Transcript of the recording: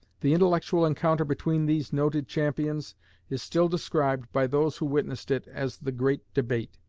the intellectual encounter between these noted champions is still described by those who witnessed it as the great debate.